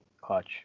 clutch